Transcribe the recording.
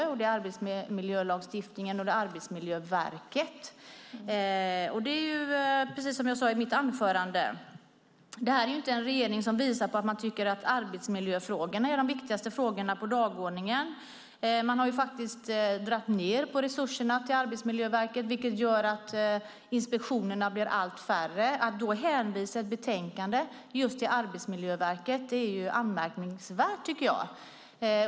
Det handlar om arbetsmiljölagstiftningen och Arbetsmiljöverket. Precis som jag sade i mitt anförande är detta inte en regering som visar på att man tycker att arbetsmiljöfrågorna är de viktigaste frågorna på dagordningen. Man har faktiskt dragit ned på resurserna till Arbetsmiljöverket, vilket gör att inspektionerna blir allt färre. Att då hänvisa ett betänkande till just Arbetsmiljöverket är anmärkningsvärt, tycker jag.